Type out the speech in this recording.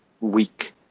weak